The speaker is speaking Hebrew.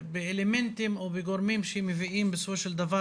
באלמנטים או בגורמים שמביאים בסופו של דבר